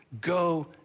go